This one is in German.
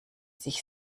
sich